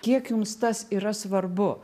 kiek jums tas yra svarbu